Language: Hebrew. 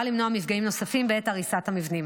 למנוע מפגעים נוספים בעת הריסת המבנים.